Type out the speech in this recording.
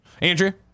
Andrea